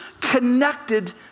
connected